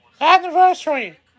anniversary